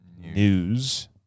news